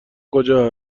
کجا